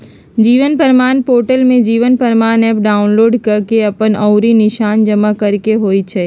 जीवन प्रमाण पोर्टल से जीवन प्रमाण एप डाउनलोड कऽ के अप्पन अँउरी के निशान जमा करेके होइ छइ